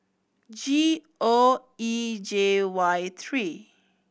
G O E J Y three